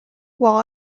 while